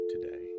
today